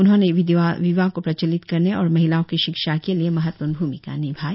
उन्होंने विधवा विवाह को प्रचलित करने और महिलाओं की शिक्षा के लिए महत्वपूर्ण भूमिका निभाई